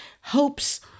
hopes